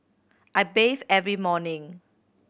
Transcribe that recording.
I bathe every morning